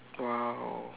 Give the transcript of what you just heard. !wow!